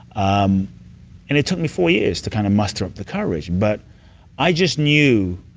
um and it took me four years to kind of muster up the courage, but i just knew,